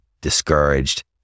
discouraged